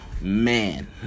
man